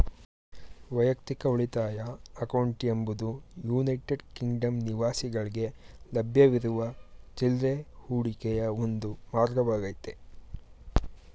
ವೈಯಕ್ತಿಕ ಉಳಿತಾಯ ಅಕೌಂಟ್ ಎಂಬುದು ಯುನೈಟೆಡ್ ಕಿಂಗ್ಡಮ್ ನಿವಾಸಿಗಳ್ಗೆ ಲಭ್ಯವಿರುವ ಚಿಲ್ರೆ ಹೂಡಿಕೆಯ ಒಂದು ಮಾರ್ಗವಾಗೈತೆ